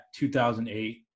2008